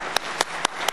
(מחיאות כפיים)